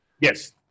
Yes